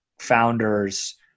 founders